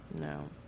no